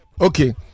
Okay